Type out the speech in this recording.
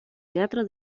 teatro